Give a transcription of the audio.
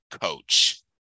coach